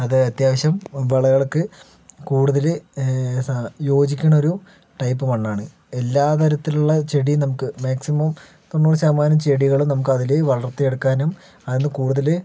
അത് അത്യാവശ്യം വിളകൾക്ക് കൂടുതൽ യോജിക്കണ ഒരു ടൈപ്പ് മണ്ണാണ് എല്ലാ തരത്തിലുള്ള ചെടിയും നമുക്ക് മാക്സിമം തൊണ്ണൂറ് ശതമാനം ചെടികളും നമുക്കതില് വളർത്തിയെടുക്കാനും അതില് കൂടുതല്